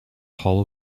hall